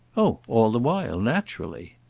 oh all the while, naturally.